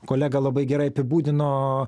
kolega labai gerai apibūdino